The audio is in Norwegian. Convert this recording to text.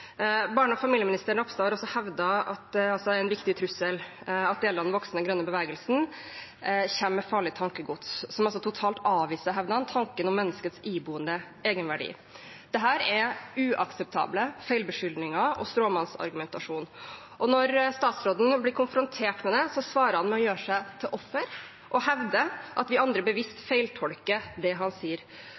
Barne- og familieminister Ropstad har også hevdet at det er en viktig trussel at deler av den voksende grønne bevegelsen kommer med farlig tankegods som totalt avviser – hevder han – tanken om menneskets iboende egenverdi. Dette er uakseptable feilbeskyldninger og stråmannsargumentasjon. Og når statsråden blir konfrontert med det, svarer han med å gjøre seg til offer og hevde at vi andre bevisst feiltolker det han sier.